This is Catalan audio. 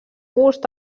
gust